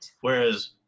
whereas